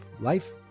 life